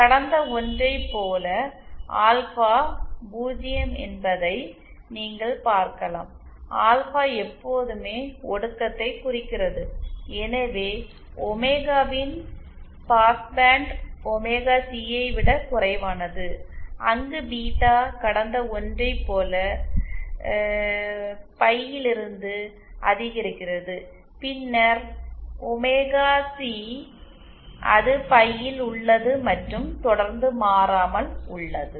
கடந்த ஒன்றை போல ஆல்பா 0 என்பதை நீங்கள் பார்க்கலாம் ஆல்பா எப்போதுமே ஒடுக்கத்தை குறிக்கிறது எனவே ஒமேகாவின் பாஸ்ட் பேண்ட் ஒமேகா சி ஐ விடக் குறைவானது அங்கு பீட்டா கடந்த ஒன்றை போல 0 பைலிருந்து அதிகரிக்கிறது பின்னர் ஒமேகா சி அது பை ல் உள்ளது மற்றும் தொடர்ந்து மாறாமல் உள்ளது